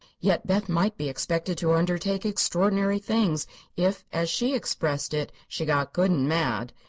yet beth might be expected to undertake extraordinary things if, as she expressed it, she got good and mad!